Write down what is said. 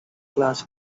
class